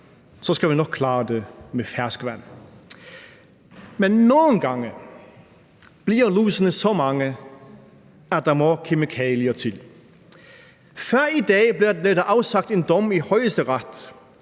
en, skal vi nok klare det med ferskvand. Men nogle gange bliver lusene så mange, at der må kemikalier til. Tidligere i dag blev der afsagt en dom i Højesteret,